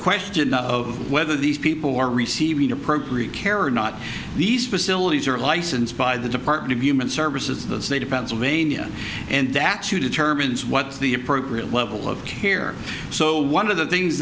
question of whether these people are receiving appropriate care or not these facilities are licensed by the department of human services the state of pennsylvania and that's who determines what's the appropriate level of care so one of the things